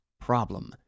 problem